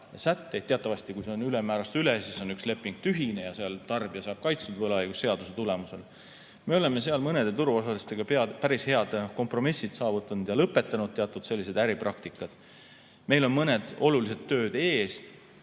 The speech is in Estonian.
sätteid. Teatavasti, kui see on ülemmäärast üle, siis on leping tühine ja tarbija saab kaitstud võlaõigusseaduse abil. Me oleme seal mõne turuosalisega päris head kompromissid saavutanud ja lõpetanud teatud sellised äripraktikad. Meil on mõned olulised tööd ees.